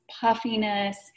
puffiness